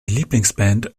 lieblingsband